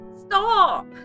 Stop